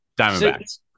Diamondbacks